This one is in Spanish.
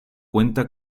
cuenta